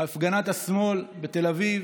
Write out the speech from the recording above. הפגנת השמאל בתל אביב,